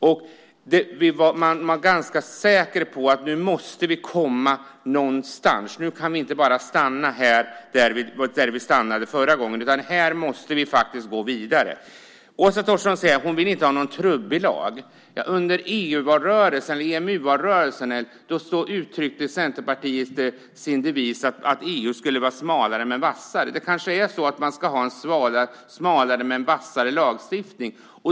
Man var ganska säker på att vi måste komma någonstans, att vi inte bara kunde stanna där vi stannade förra gången utan måste gå vidare. Åsa Torstensson säger att hon inte vill ha någon trubbig lag. Under EMU-valrörelsen uttryckte Centerpartiet sin devis att EU skulle vara smalare men vassare. Det kanske är så att man ska ha en smalare men vassare lagstiftning.